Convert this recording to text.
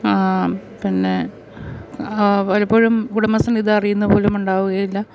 പിന്നെ പലപ്പോഴും ഉടമസ്ഥനിത് അറിയുന്ന പോലുമുണ്ടാവുകയില്ല